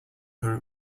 her